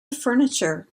furniture